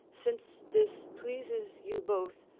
since this pleases you both,